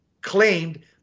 claimed